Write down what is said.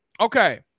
Okay